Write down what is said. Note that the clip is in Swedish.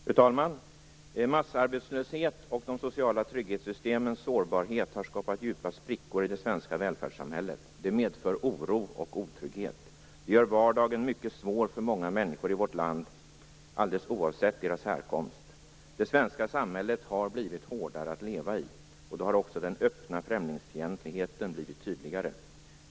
Fru talman! Massarbetslöshet och de sociala trygghetssystemens sårbarhet har skapat djupa sprickor i det svenska välfärdssamhället. Det medför oro och otrygghet. Det gör vardagen mycket svår för många människor i vårt land - alldeles oavsett deras härkomst. Det svenska samhället har blivit hårdare att leva i. Då har också den öppna främlingsfientligheten blivit tydligare.